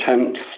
attempts